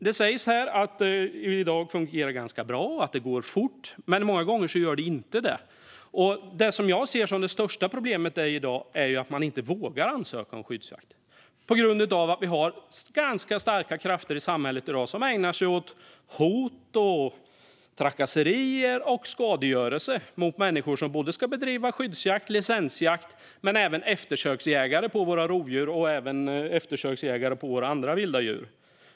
Det sägs här att det i dag fungerar ganska bra och att det går fort, men många gånger gör det inte det. Det jag ser som det största problemet i dag är att man inte vågar ansöka om skyddsjakt på grund av att vi har ganska starka krafter i samhället som ägnar sig åt hot, trakasserier och skadegörelse mot människor som ska bedriva både skyddsjakt och licensjakt, och även mot eftersöksjägare på våra rovdjur och andra vilda djur.